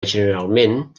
generalment